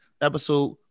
episode